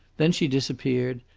then she disappeared,